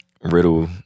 Riddle